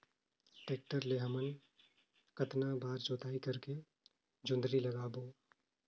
Tractor ले हमन कतना बार जोताई करेके जोंदरी लगाबो?